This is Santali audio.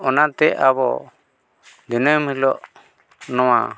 ᱚᱱᱟᱛᱮ ᱟᱵᱚ ᱫᱤᱱᱟᱹᱢ ᱦᱤᱞᱳᱜ ᱱᱚᱣᱟ